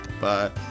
bye